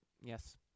Yes